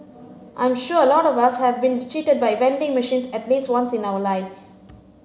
I'm sure a lot of us have been cheated by vending machines at least once in our lives